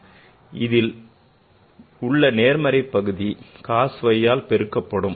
மேலும் இதில் உள்ள நேர்மறை பகுதி cos phi ஆல் பெருக்கப்படும்